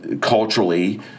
culturally